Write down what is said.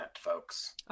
folks